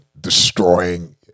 destroying